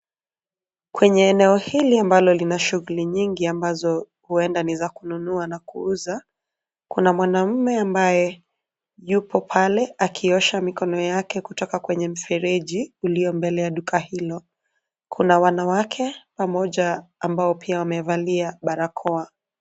Kwenye eneo hili ambalo lina shughuli nyingi ambazo huenda ni za kununua na kuuza. Kuna mwanaume ambaye yupo pale akiosha mikono yake kutoka kwenye mfereji ulio mbele ya duka hilo. Kuna wanawake pamoja ambao pia wamevalia barakoa.